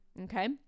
okay